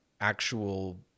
actual